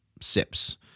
sips